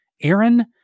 Aaron